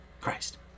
Christ